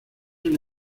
una